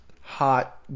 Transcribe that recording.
hot